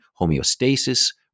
homeostasis